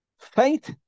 Faith